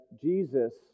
Jesus